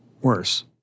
worse